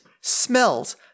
smells